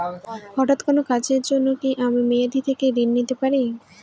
হঠাৎ কোন কাজের জন্য কি আমি মেয়াদী থেকে ঋণ নিতে পারি?